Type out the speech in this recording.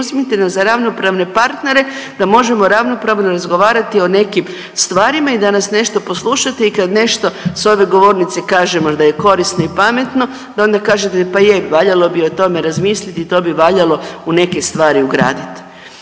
uzmite nas za ravnopravne partnere da možemo ravnopravno razgovarati o nekim stvarima i da nas nešto poslušate i kad nešto s ove govornice kažemo da je korisno i pametno da onda kažete pa je valjalo bi o tome razmisliti, to bi valjalo u neke stvari ugraditi.